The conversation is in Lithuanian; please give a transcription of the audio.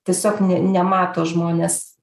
tiesiog ne nemato žmonės